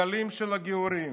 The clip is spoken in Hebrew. גלים של גיורים.